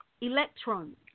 electrons